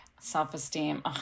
self-esteem